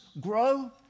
grow